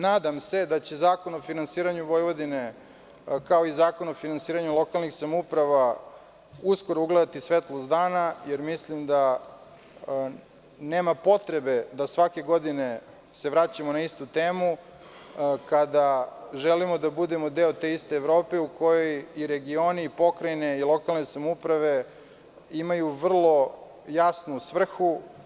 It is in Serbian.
Nadam se da će zakon o finansiranju Vojvodine, kao i Zakon o finansiranju lokalnih samouprava, uskoro ugledati svetlost dana, jer mislim da nema potrebe da se svake godine vraćamo na istu temu kada želimo da budemo deo te iste Evrope u kojoj i regioni i pokrajine i lokalne samouprave imaju vrlo jasnu svrhu.